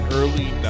early